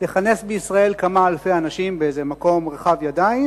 לכנס בישראל כמה אלפי אנשים באיזה מקום רחב ידיים